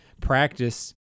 practice –